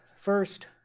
first